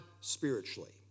spiritually